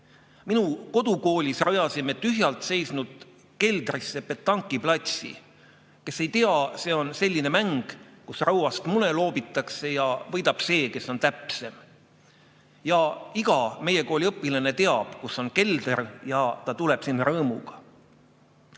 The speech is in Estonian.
Minu kodukoolis rajasime tühjalt seisnud keldrisse petankiplatsi. Kes ei tea, siis see on selline mäng, kus rauast mune loobitakse ja võidab see, kes on täpsem. Ja iga meie kooli õpilane teab, kus on kelder, ja ta tuleb sinna rõõmuga.